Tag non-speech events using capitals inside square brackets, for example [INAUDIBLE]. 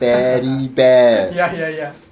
[LAUGHS] ya ya ya